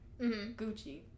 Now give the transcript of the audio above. gucci